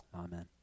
amen